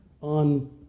on